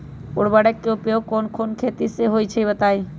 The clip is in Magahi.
उर्वरक के उपयोग कौन कौन खेती मे होई छई बताई?